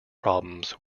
problems